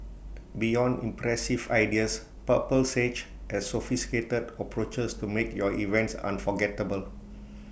beyond impressive ideas purple sage has sophisticated approaches to make your events unforgettable